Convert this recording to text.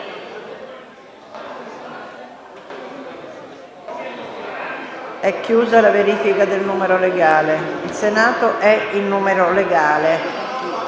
*(Segue la verifica del numero legale)*. Il Senato è in numero legale.